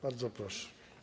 Bardzo proszę.